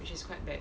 which is quite bad